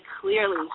clearly